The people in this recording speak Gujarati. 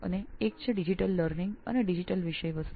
એક છે ડિજિટલ લર્નિંગ અને ડિજિટલ સામગ્રીની પ્રાપ્તિ